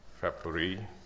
February